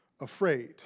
afraid